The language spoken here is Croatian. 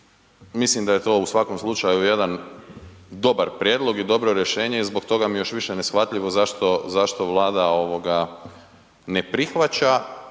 mislim da je to u svakom slučaju jedan dobar prijedlog i dobro rješenje i zbog toga mi je još više neshvatljivo zašto, zašto Vlada ovoga ne prihvaća